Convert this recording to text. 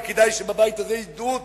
וכדאי שבבית הזה ידעו אותו: